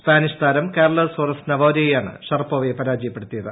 Spanish താരം Carla Suarez നാവാരോയാണ് ഷറപ്പോവയെ പരാജയപ്പെടുത്തിയത്